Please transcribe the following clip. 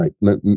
right